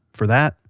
for that,